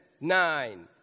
nine